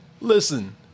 Listen